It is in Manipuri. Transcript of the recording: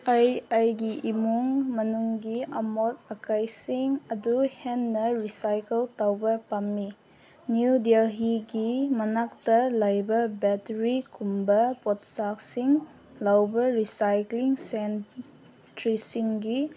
ꯑꯩ ꯑꯩꯒꯤ ꯏꯃꯨꯡ ꯃꯅꯨꯡꯒꯤ ꯑꯃꯣꯠ ꯑꯀꯥꯏꯁꯤꯡ ꯑꯗꯨ ꯍꯦꯟꯅ ꯔꯤꯁꯥꯏꯀꯜ ꯇꯧꯕ ꯄꯥꯝꯃꯤ ꯅ꯭ꯌꯨ ꯗꯦꯜꯂꯤꯒꯤ ꯃꯅꯥꯛꯇ ꯂꯩꯕ ꯕꯦꯇ꯭ꯔꯤ ꯀꯨꯝꯕ ꯄꯣꯛꯆꯥꯛꯁꯤꯡ ꯂꯧꯕ ꯔꯤꯁꯥꯏꯀ꯭ꯂꯤꯡ ꯁꯦꯟꯇꯔꯁꯤꯡꯒꯤ